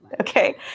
Okay